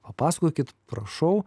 papasakokit prašau